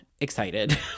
excited